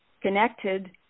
connected